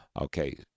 Okay